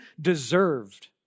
deserved